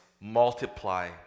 multiply